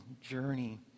journey